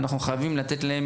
ואנחנו חייבים לתת להם